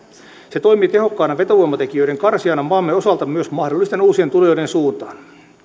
se toimii tehokkaana vetovoimatekijöiden karsijana maamme osalta myös mahdollisten uusien tulijoiden suuntaan